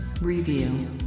Review